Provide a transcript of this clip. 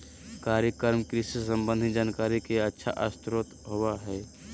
कार्यक्रम कृषि संबंधी जानकारी के अच्छा स्रोत होबय हइ